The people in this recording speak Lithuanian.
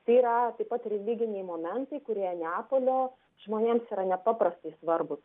tai yra taip pat religiniai momentai kurie neapolio žmonėms yra nepaprastai svarbūs